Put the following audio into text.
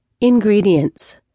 Ingredients